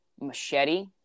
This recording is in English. machete